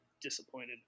disappointed